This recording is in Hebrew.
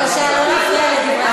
בבקשה לא להפריע לדברי השר.